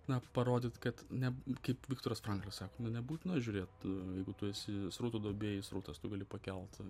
na parodyt kad ne kaip viktoras franklis sako nu nebūtina žiūrėt jeigu tu esi srutų duobėj srutas tu gali pakelt